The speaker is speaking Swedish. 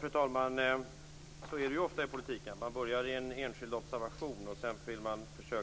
Fru talman! Så är det ofta i politiken - man börjar i en enskild observation, och sedan vill man